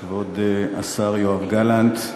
כבוד השר יואב גלנט,